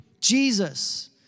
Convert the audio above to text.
Jesus